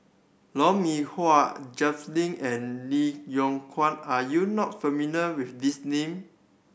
Lou Mee Wah Jay Lim and Lee Yong Kiat are you not familiar with these names